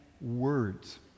words